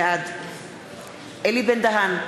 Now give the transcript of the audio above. בעד אלי בן-דהן,